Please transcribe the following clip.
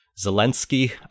zelensky